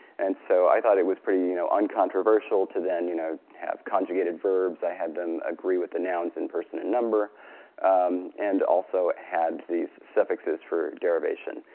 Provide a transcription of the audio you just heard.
and so i thought it was pretty you know uncontroversial to then you know have conjugated verbs. i had them agree with the nouns in person and number and also had these suffixes for derivation.